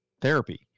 therapy